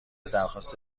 درخواست